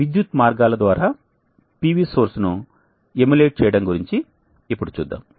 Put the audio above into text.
విద్యుత్ మార్గాల ద్వారా PV సోర్స్ ను ఎమ్యులేట్ చేయడం గురించి ఇప్పుడు చూద్దాం